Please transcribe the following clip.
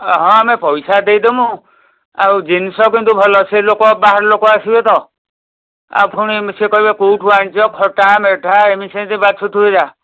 ହଁ ଆମେ ପଇସା ଦେଇଦେବୁ ଆଉ ଜିନିଷ କିନ୍ତୁ ଭଲ ସେ ଲୋକ ବାହାର ଲୋକ ଆସିବେ ତ ଆଉ ପୁଣି ସିଏ କହିବେ କେଉଁଠୁ ଆଣିଛ ଖଟାମିଠା ଏମିତି ସେମିତି ବାଛୁଥିବେ ଯାହା